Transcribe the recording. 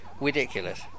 ridiculous